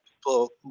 people